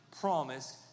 promise